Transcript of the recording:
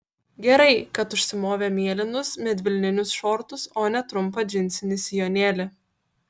gerai kad užsimovė mėlynus medvilninius šortus o ne trumpą džinsinį sijonėlį